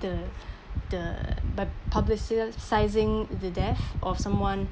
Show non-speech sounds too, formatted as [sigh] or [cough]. the [breath] the by publicizing the death of someone